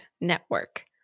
Network